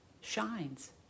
shines